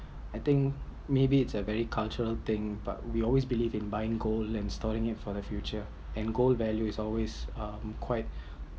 I think maybe is a very cultural thing but we always believe in buy gold and storing it for the future and gold value is always um quite